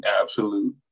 absolute